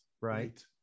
Right